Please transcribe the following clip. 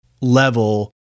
level